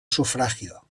sufragio